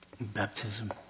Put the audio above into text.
Baptism